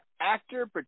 actor